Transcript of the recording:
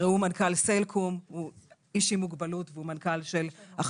ראו את מנכ"ל סלקום שהוא איש עם מוגבלות והוא מנכ"ל של אחת